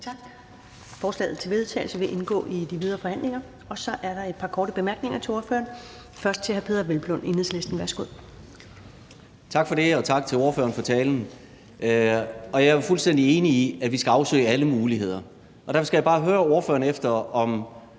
Forslaget til vedtagelse vil indgå i de videre forhandlinger. Så er der et par korte bemærkninger til ordføreren, først fra hr. Peder Hvelplund, Enhedslisten. Værsgo. Kl. 13:59 Peder Hvelplund (EL): Tak for det. Og tak til ordføreren for talen. Jeg er fuldstændig enig i, at vi skal afsøge alle muligheder, og derfor skal jeg bare høre, om hr.